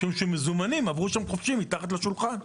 שמזומנים רבים עברו שם מתחת לשולחן.